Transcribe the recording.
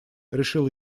решил